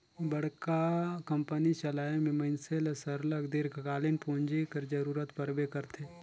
बड़का कंपनी चलाए में मइनसे ल सरलग दीर्घकालीन पूंजी कर जरूरत परबे करथे